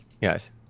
Yes